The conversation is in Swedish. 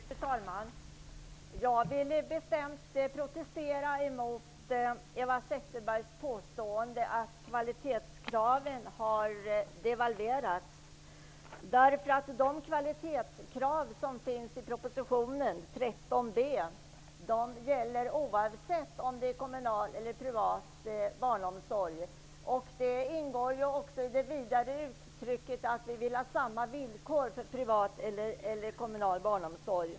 Fru talman! Jag vill bestämt protestera mot Eva Zetterbergs påstående att kvalitetskraven har devalverats. De kvalitetskrav som nämns i propositionen beträffande 13 b § socialtjänstlagen gäller oavsett om det är fråga om kommunal eller privat barnomsorg. Det ingår också i det vidare uttrycket att vi vill ha samma villkor för privat och kommunal barnomsorg.